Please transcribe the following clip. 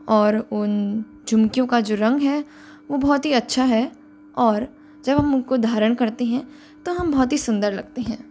और उन झुमकियों का जो रंग है वह बहुत ही अच्छा है और जब हम उनको धारण करते हैं तो हम बहुत ही सुन्दर लगते हैं